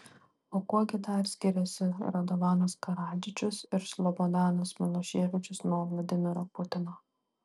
o kuo gi dar skiriasi radovanas karadžičius ir slobodanas miloševičius nuo vladimiro putino